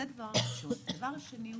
דבר שני,